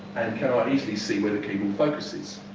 and can i easily see where the keyboard focus is?